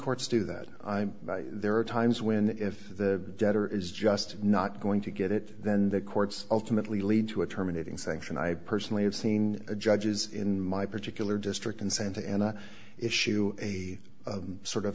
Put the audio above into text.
courts do that i'm there are times when if the debtor is just not going to get it then the courts ultimately lead to a terminating sanction i personally have seen judges in my particular district in santa ana issue a sort of